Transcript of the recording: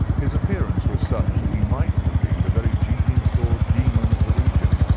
his appearance was such that he might have been the very genius or demon of the region.